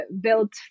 built